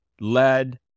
lead